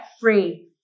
free